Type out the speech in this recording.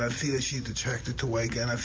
ah see that she's attracted to white kind of